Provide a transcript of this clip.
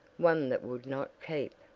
one that would not keep.